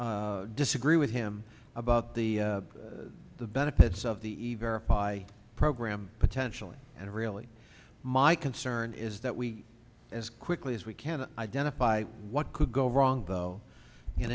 disagree with him about the benefits of the pie program potentially and really mike cern is that we as quickly as we can identify what could go wrong though in